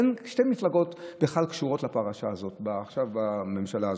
שתי מפלגות בכלל קשורות לפרשה הזאת עכשיו בממשלה הזאת.